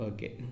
Okay